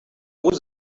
was